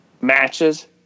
matches